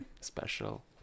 special